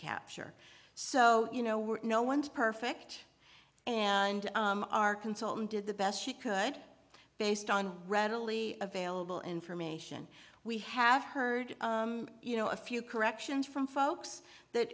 capture so you know we're no one's perfect and our consultant did the best she could based on readily available information we have heard you know a few corrections from folks that